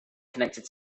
connected